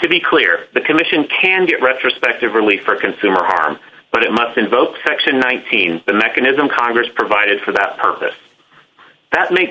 to be clear the commission can get retrospective relief or consumer harm but it must invoke section nineteen the mechanism congress provided for that purpose that makes